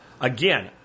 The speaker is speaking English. again